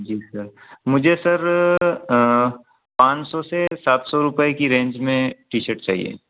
जी sir मुझे sir पाँच सौ से सात सौ रुपये की रेंज में टी शर्ट चाहिए